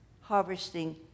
Harvesting